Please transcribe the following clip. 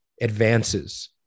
advances